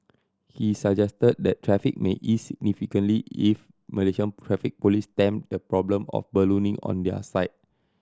he suggested that traffic may ease significantly if Malaysian Traffic Police stem the problem of ballooning on their side